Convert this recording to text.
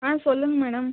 ஆ சொல்லுங்கள் மேடம்